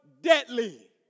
deadly